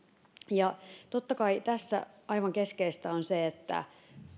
ja totta kai tässä aivan keskeistä on se että